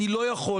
אני לא יכול,